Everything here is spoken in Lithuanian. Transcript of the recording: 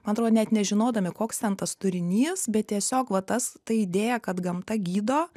man atrodo net nežinodami koks ten tas turinys bet tiesiog va tas ta idėja kad gamta gydo